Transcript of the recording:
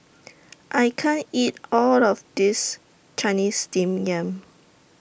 I can't eat All of This Chinese Steamed Yam